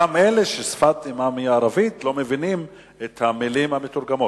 גם אלה ששפת אמם היא ערבית לא מבינים את המלים המתורגמות,